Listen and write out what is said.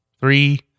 Three